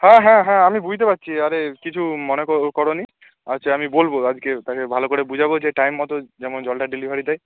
হ্যাঁ হ্যাঁ হ্যাঁ আমি বুঝতে পারছি আরে কিছু মনে করো নি আচ্ছা আমি বলবো আজকে তাকে ভালো করে বুঝাবো যে টাইম মতো যেমন জলটা ডেলিভারি দেয়